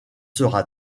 sera